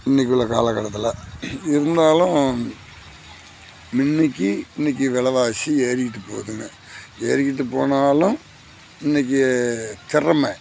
இன்னைக்கு உள்ள காலக்கட்டத்தில் இருந்தாலும் முன்னைக்கி இன்னைக்கு விலவாசி எறிகிட்டு போதுங்க எறிகிட்டு போனாலும் இன்னைக்கு திறம